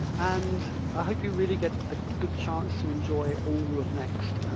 and i hope you really get a good chance to enjoy all of next,